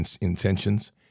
intentions